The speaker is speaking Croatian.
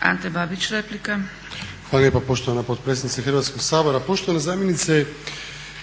Ante (HDZ)** Hvala lijepa poštovana potpredsjednice Sabora. Poštovana zamjenice